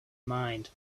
mind